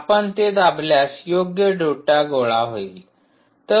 आपण ते दाबल्यास योग्य डेटा गोळा होईल